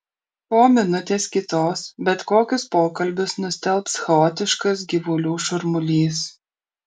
po minutės kitos bet kokius pokalbius nustelbs chaotiškas gyvulių šurmulys